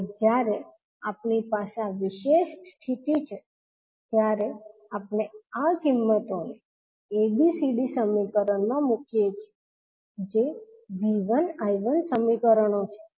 અને જ્યારે આપણી પાસે આ વિશેષ સ્થિતિ છે ત્યારે આપણે આ કિંમતોને ABCD સમીકરણમાં મૂકીએ છીએ જે 𝐕1 𝐈1 સમીકરણો છે